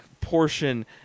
portion